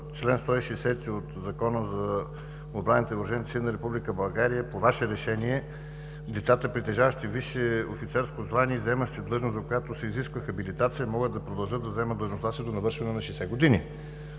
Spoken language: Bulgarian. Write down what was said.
чл. 160 от Закона за отбраната и въоръжените сили на Република България, по Ваше решение лицата, притежаващи висше офицерско звание и заемащи длъжност, в която се изисква хабилитация, могат да продължат да заемат длъжността си до навършване на 60 години.